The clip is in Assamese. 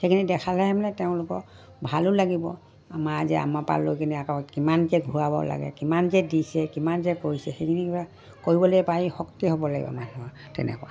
সেইখিনি দেখালে মানে তেওঁলোকৰ ভালো লাগিব লৈ কিনে কিমান যে ঘূৰাব লাগে কিমান যে দিছে কিমান যে কৰিছে সেইখিনি কৰা কৰিবলে পাৰিবলে শক্তি হ'ব লাগিব মানুহৰ তেনেকুৱা